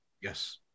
Yes